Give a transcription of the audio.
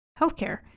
healthcare